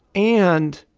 and,